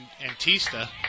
Antista